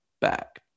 back